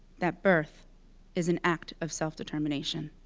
that birth is an act of self-determination.